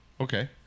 Okay